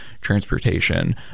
transportation